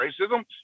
racism